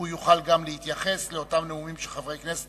והוא יוכל גם להתייחס לאותם נאומים של חברי הכנסת,